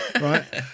Right